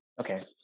Okay